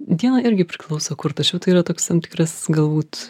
dieną irgi priklauso kur tačiau tai yra toks tam tikras galbūt